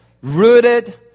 Rooted